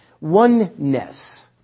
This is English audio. Oneness